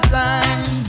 time